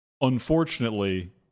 Unfortunately